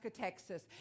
Texas